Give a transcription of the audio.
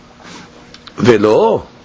Velo